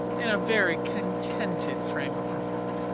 in a very contented frame of mind,